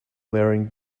wearing